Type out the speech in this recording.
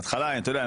אתה יודע,